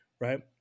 right